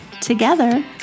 together